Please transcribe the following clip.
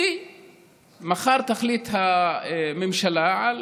כי מחר תחליט הממשלה על